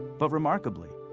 but remarkably,